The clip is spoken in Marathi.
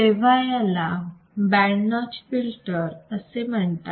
तेव्हा याला बँड नॉच फिल्टर असे म्हणतात